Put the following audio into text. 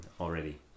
already